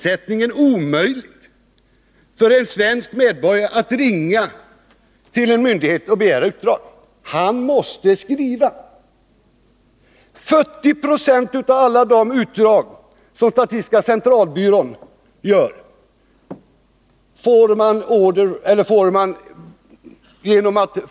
70 9o avstatistiska centralbyråns alla utdrag görs på begäran av människor som har ringt.